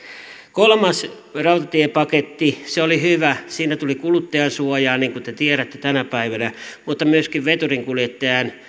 kolmas rautatiepaketti oli hyvä siinä tuli kuluttajansuoja niin kuin te tiedätte tänä päivänä mutta myöskin veturinkuljettajan